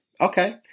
Okay